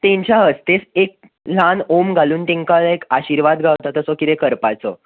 तेंच्या हस्ते एक ल्हान होम घालून तांकां कितें आर्शिवाद मेळटा तसो कितें करपाचो